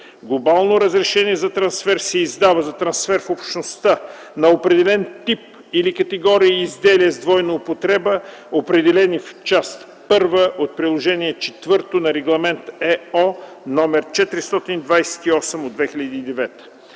Глобално разрешение за трансфер се издава за трансфер в Общността на определен тип или категория изделия с двойна употреба, определени в Част 1 от Приложение ІV на Регламент (ЕО) № 428/2009.